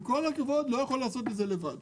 עם כל הכבוד, הוא לא יכול לעשות את זה לבד.